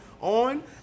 on